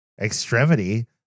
extremity